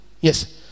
Yes